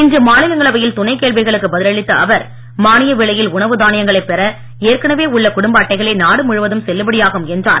இன்று மாநிலங்களவையில் துணைக் கேள்விகளுக்கு பதில்அளித்த அவர் மானிய விலையில் உணவு தானியங்களைப் பெற ஏற்கனவே உள்ள குடும்ப அட்டைகளே நாடு முழுவதும் செல்லுபடியாகும் என்றார்